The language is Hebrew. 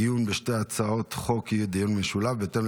הדיון בשתי הצעות החוק יהיה דיון משולב בהתאם